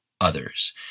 others